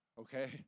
Okay